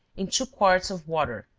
in two quarts of water,